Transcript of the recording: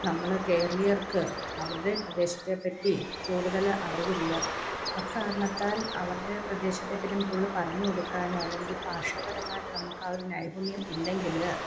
നമ്മൾ കേരളീയർക്ക് അവരുടെ പ്രദേശത്തെപ്പറ്റി കൂടുതൽ അറിവില്ല അക്കാരണത്താൽ അവരുടെ പ്രദേശത്തെപ്പറ്റി നമുക്ക് കൂടുതൽ പറഞ്ഞുകൊടുക്കാനോ അല്ലെങ്കിൽ ഭാഷാപരമായിട്ട് നമുക്ക് ആ ഒരു നൈപുണ്യം ഇല്ലെങ്കിൽ